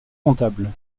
comptables